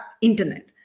Internet